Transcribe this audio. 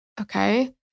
okay